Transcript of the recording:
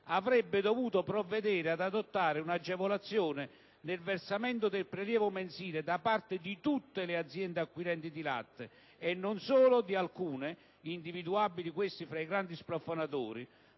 avrebbe dovuto provvedere ad adottare un'agevolazione nel versamento del prelievo mensile da parte di tutte le aziende acquirenti di latte e non solo di alcune - individuabili tra i grandi splafonatori